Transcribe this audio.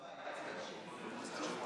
גם הילדים שלנו בבית, אל תדאגו.